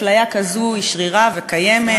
אפליה כזו היא שרירה וקיימת,